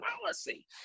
policy